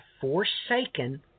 forsaken